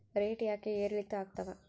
Rate ಯಾಕೆ ಏರಿಳಿತ ಆಗ್ತಾವ?